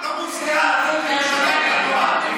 זה לא מוזכר אפילו פעם אחת.